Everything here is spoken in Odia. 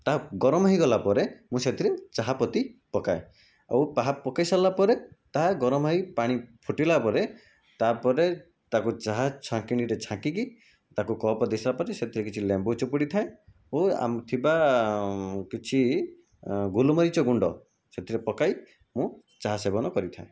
ତାହା ଗରମ ହେଇଗଲା ପରେ ମୁଁ ସେଥିରେ ଚାହାପତି ପକାଏ ଆଉ ତାହା ପକାଇସାରିଲାପରେ ତାହା ଗରମ ହୋଇ ପାଣି ଫୁଟିଲା ପରେ ତାପରେ ତାକୁ ଚାହା ଛାକିଣିରେ ଛାଙ୍କିକି ତାକୁ କପ୍ ଦେଇସାରିଲାପରେ ସେଥିରେ କିଛି ଲେମ୍ବୁ ଚୁପୁଡ଼ି ଥାଏ ଓ ଥିବା କିଛି ଗୋଲମରିଚ ଗୁଣ୍ଡ ସେଥିରେ ପକାଇ ମୁଁ ଚାହା ସେବନ କରିଥାଏ